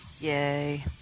Yay